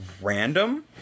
random